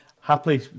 Happily